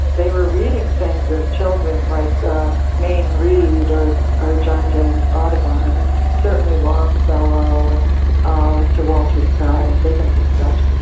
they were reading things as children, like the mayne reid or or john james audubon and certainly longfellow and ah sir walter scott and dickens and such,